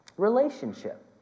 relationship